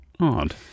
Odd